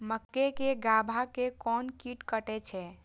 मक्के के गाभा के कोन कीट कटे छे?